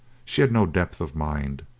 she had no depth of mind.